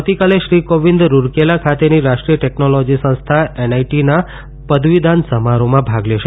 આવતીકાલે શ્રી કોવિંદ રૂરકેલા ખાતેની રાષ્ટ્રીય ટેકનોલોજી સંસ્થા એનઆઇટી ના પદવીદાન સમારોહમાં ભાગ લેશે